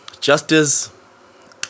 justice